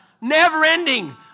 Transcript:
never-ending